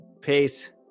Peace